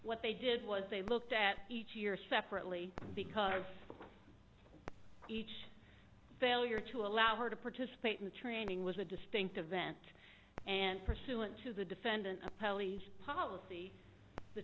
what they did was they looked at each year separately because each failure to allow her to participate in the training was a distinct event and pursuant to the defendant a police policy the